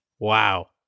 Wow